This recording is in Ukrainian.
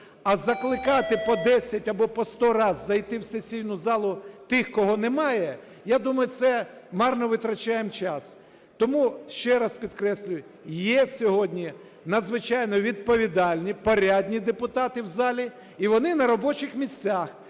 А закликати по 10 або по 100 раз зайти у сесійну залу тих, кого немає, я думаю, це марно витрачаємо час. Тому ще раз підкреслюю: є сьогодні надзвичайно відповідальні, порядні депутати у залі, і вони на робочих місцях.